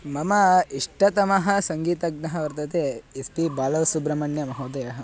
मम इष्टतमः सङ्गीतज्ञः वर्तते एस् पि बालवसुब्रह्मण्यमहोदयः